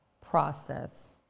process